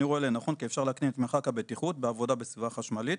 אני רואה לנכון כי אפשר להקטין את מרחק הבטיחות בעבודה בסביבה חשמלית,